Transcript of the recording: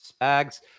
Spags